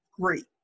great